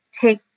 take